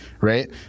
right